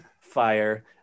fire